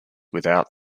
without